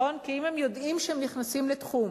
כי אם הם יודעים שהם נכנסים לתחום